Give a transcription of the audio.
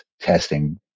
testing